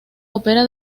opera